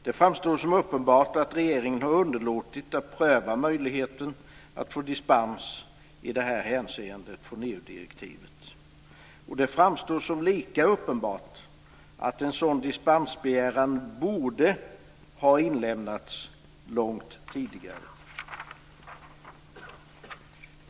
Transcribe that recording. Det framstår som uppenbart att regeringen har underlåtit att pröva möjligheten att i det här hänseendet få dispens från EU direktivet. Som lika uppenbart framstår att en sådan dispensbegäran borde ha inlämnats långt tidigare.